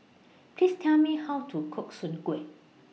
Please Tell Me How to Cook Soon Kway